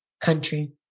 country